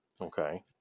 Okay